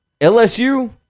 LSU